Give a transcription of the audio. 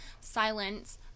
silence